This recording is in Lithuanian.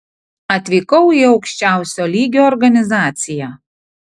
atvykau į aukščiausio lygio organizaciją